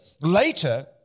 Later